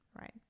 right